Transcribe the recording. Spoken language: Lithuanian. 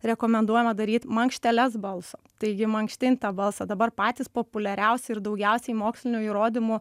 rekomenduojama daryt mankšteles balso taigi mankštint tą balsą dabar patys populiariausi ir daugiausiai mokslinių įrodymų